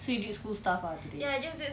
so you did school stuff ah today